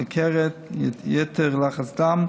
סוכרת ויתר לחץ דם,